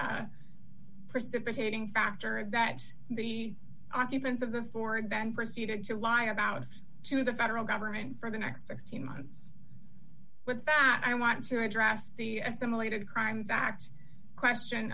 precipitating factor that the occupants of the ford then proceeded to lie about to the federal government for the next sixteen months with that i want to address the estimated crimes act question